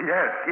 Yes